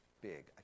big